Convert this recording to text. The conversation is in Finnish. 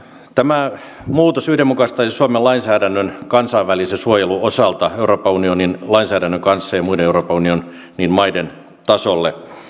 tämä muutos yhdenmukaistaisi suomen lainsäädännön kansainvälisen suojelun osalta euroopan unionin lainsäädännön kanssa ja muiden euroopan unionin maiden tasolle